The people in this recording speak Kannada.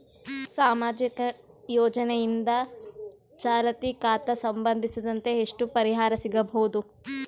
ಸಾಮಾಜಿಕ ಯೋಜನೆಯಿಂದ ಚಾಲತಿ ಖಾತಾ ಸಂಬಂಧಿಸಿದಂತೆ ಎಷ್ಟು ಪರಿಹಾರ ಸಿಗಬಹುದು?